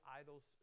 idols